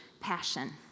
passion